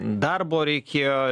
darbo reikėjo